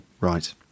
Right